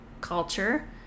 culture